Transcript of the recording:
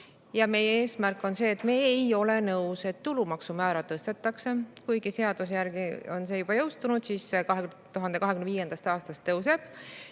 meie eesmärk on see: me ei ole nõus, et tulumaksumäära tõstetakse. Kuigi seaduse järgi on see juba jõustunud, 2025. aastast see tõuseb.